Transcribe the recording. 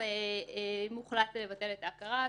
מוחלט לבטל את ההכרה,